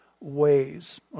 ways